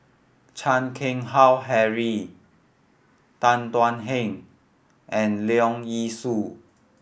Chan Keng Howe Harry Tan Thuan Heng and Leong Yee Soo